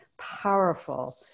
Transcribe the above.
powerful